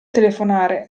telefonare